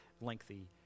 lengthy